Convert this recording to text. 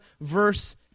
verse